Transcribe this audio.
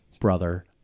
brother